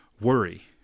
worry